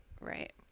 right